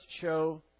show